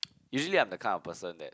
usually I'm the kind of person that